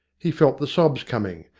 he felt the sobs coming,